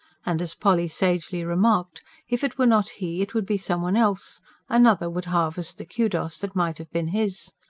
and as polly sagely remarked if it were not he, it would be some one else another would harvest the kudos that might have been his.